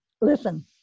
listen